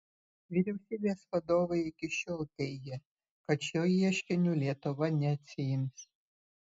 vyriausybės vadovai iki šiol teigė kad šio ieškinio lietuva neatsiims